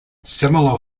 similar